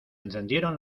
encendieron